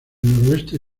noroeste